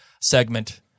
segment